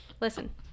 listen